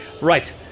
Right